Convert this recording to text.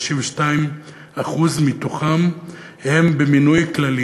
ל-92% מתוכם יש מינוי כללי,